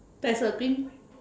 there's a green thing